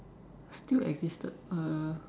still existed uh